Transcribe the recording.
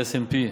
S&P,